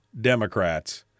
Democrats